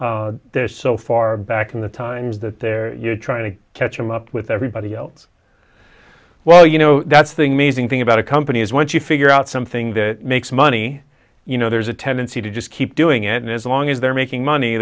there they're so far back in the times that they're trying to catch up with everybody else well you know that's the amazing thing about a company is once you figure out something that makes money you know there's a tendency to just keep doing it and as long as they're making money